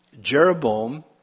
Jeroboam